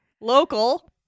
local